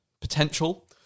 potential